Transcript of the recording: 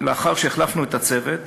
לאחר שהחלפנו את הצוות